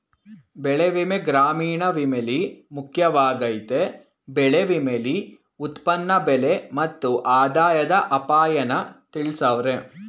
ಬೆಳೆವಿಮೆ ಗ್ರಾಮೀಣ ವಿಮೆಲಿ ಮುಖ್ಯವಾಗಯ್ತೆ ಬೆಳೆ ವಿಮೆಲಿ ಉತ್ಪನ್ನ ಬೆಲೆ ಮತ್ತು ಆದಾಯದ ಅಪಾಯನ ತಿಳ್ಸವ್ರೆ